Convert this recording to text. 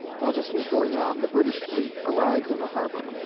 while this was going on, the british fleet arrived in the harbor.